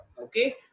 okay